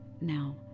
now